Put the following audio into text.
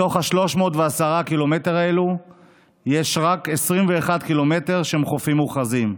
מתוך 310 הקילומטרים האלה יש רק 21 קילומטרים של חופים מוכרזים.